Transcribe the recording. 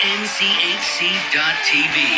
nchc.tv